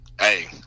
hey